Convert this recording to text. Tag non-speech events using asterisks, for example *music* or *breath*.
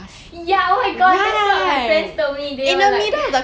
*breath* ya oh my god that's what my friends told me they were like *breath*